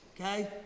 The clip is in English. okay